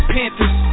Panthers